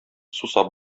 сусап